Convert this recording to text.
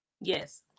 Yes